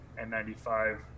N95